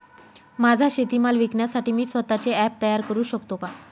माझा शेतीमाल विकण्यासाठी मी स्वत:चे ॲप तयार करु शकतो का?